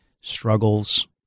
struggles